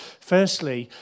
firstly